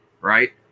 right